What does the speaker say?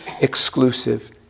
exclusive